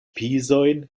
pizojn